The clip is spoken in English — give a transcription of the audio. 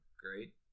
Great